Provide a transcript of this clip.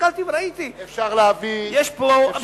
הסתכלתי וראיתי, יש פה אבסורדים.